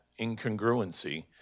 incongruency